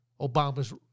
Obama's